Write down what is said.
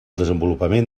desenvolupament